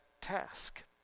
task